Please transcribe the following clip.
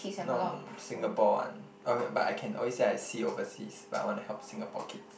no Singapore one okay but I can always say I see overseas but I want to help Singapore kids